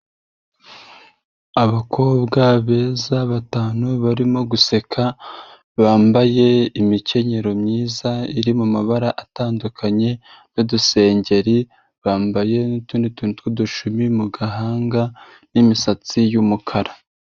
Abakobwa beza batanu, barimo guseka, bambaye imikenyero myiza iri mu mabara atandukanye, n'udusengeri, bambaye n'utundi tuntu tw'udushumi mu gahanga, n'imisatsi y'umukara.